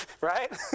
Right